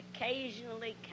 occasionally